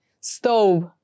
Stove